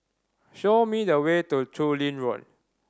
show me the way to Chu Lin Road